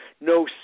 no